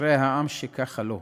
"אשרי העם שככה לו":